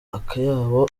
akayabo